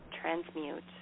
transmute